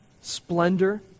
splendor